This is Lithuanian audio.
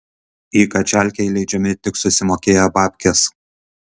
į kačialkę įleidžiami tik susimokėję babkes